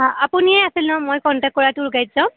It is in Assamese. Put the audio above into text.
আপুনিয়ে আছিল ন মই কণ্টেক কৰা ট্যুৰ গাইডজন